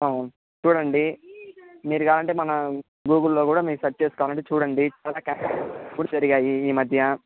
చూడండి మీరు కావాలంటే మన గూగుల్లో కూడా మీరు సెర్చ్ చేసి కావాలంటే చూడండి చాలా క్యాంపస్లు కూడా జరిగాయి ఈ మధ్య